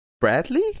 bradley